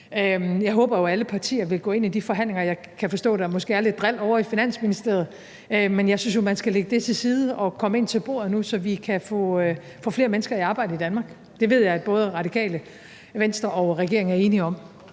Jeg håber jo, at alle partier vil gå ind i de forhandlinger. Jeg kan forstå, at der måske er lidt drilleri ovre i Finansministeriet, men jeg synes jo, man skal lægge det til side og komme ind til bordet nu, så vi kan få flere mennesker i arbejde i Danmark. Det ved jeg at både Radikale Venstre og regeringen er enige om.